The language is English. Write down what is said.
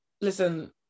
listen